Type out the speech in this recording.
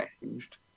changed